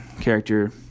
character